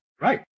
Right